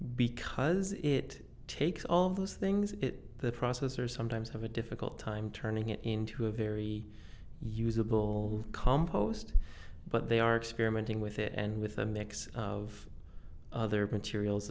because it takes all those things the processors sometimes have a difficult time turning it into a very usable compost but they are experimenting with it and with a mix of other